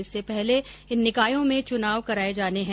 इससे पहले इन निकायो में चुनाव कराए जाने है